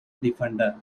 defender